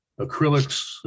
acrylics